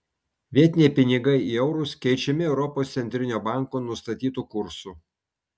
vietiniai pinigai į eurus keičiami europos centrinio banko nustatytu kursu